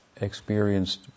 experienced